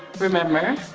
remember.